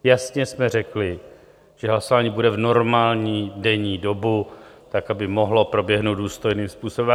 Jasně jsme řekli, že hlasování bude v normální denní dobu, tak aby mohlo proběhnout důstojným způsobem.